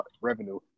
revenue